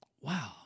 wow